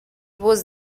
was